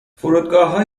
فرودگاهها